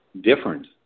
different